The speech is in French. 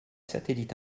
satellites